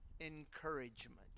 Encouragement